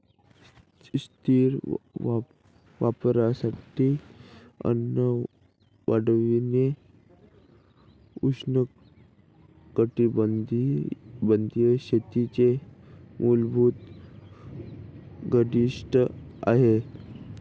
स्थानिक वापरासाठी अन्न वाढविणे उष्णकटिबंधीय शेतीचे मूलभूत उद्दीष्ट आहे